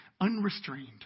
Unrestrained